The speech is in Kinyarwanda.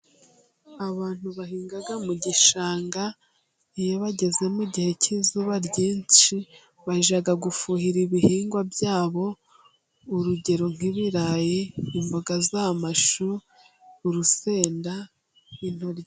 Abantu bahinga mu gishanga, iyo bageze mu gihe cy'izuba ryinshi. Bajya gufuhira ibihingwa byabo. Urugero nk'ibirayi, imboga z'amashu ,urusenda n'intoryi,....